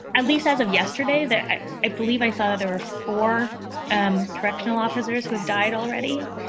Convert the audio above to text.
at least as of yesterday that i i believe i saw that there are four um correctional officers who have died already.